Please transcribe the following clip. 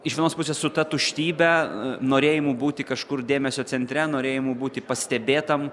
iš vienos pusės su ta tuštybe norėjimu būti kažkur dėmesio centre norėjimu būti pastebėtam